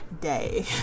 day